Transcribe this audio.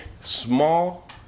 small